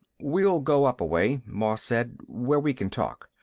we'll go up a way, moss said, where we can talk.